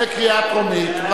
בקריאה טרומית.